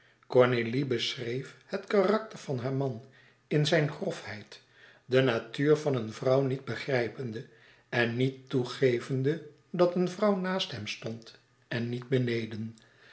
cornélie beschreef het karakter van haar man in zijn grofheid de natuur van een vrouw niet begrijpende en niet toegevende dat een vrouw naàst hem stond en niet beneden